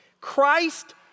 Christ